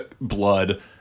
blood